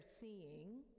seeing